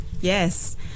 Yes